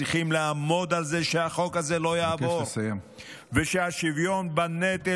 צריכים לעמוד על זה שהחוק הזה לא יעבור ושהשוויון בנטל,